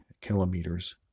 kilometers